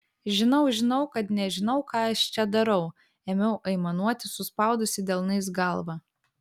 žinau žinau kad nežinau ką aš čia darau ėmiau aimanuoti suspaudusi delnais galvą